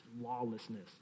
lawlessness